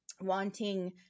wanting